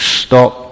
stop